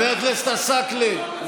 ראש הממשלה מתגאה שהוא,